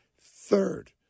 Third